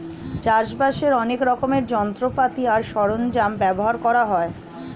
চাষবাসের অনেক রকমের যন্ত্রপাতি আর সরঞ্জাম ব্যবহার করা হয়